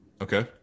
Okay